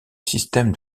système